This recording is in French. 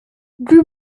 rue